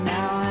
Now